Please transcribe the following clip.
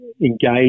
engage